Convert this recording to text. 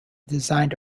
designed